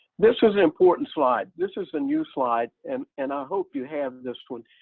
this is an important slide. this is a new slide and and i hope you have this one.